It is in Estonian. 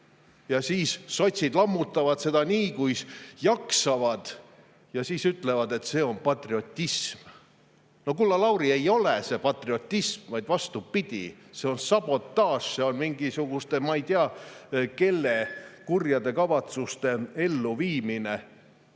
Aga sotsid lammutavad seda nii kuis jaksavad ja siis ütlevad, et see on patriotism. No kulla Lauri, ei ole see patriotism! Vastupidi, see on sabotaaž, see on mingisuguste, ma ei tea kelle kurjade kavatsuste elluviimine.